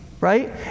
Right